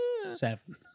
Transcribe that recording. Seven